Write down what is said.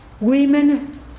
Women